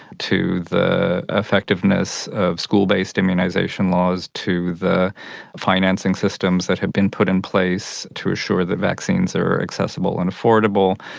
to the effectiveness of school-based immunisation laws, to the financing systems that have been put in place to assure the vaccines are accessible and affordable,